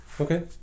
Okay